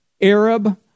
Arab